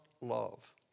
love